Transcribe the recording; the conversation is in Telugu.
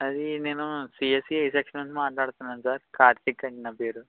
అదీ నేను సిఎస్ఈ ఏ సెక్షన్ నుంచి మాట్లాడుతున్నాను సార్ కార్తిక్ అండి నా పేరు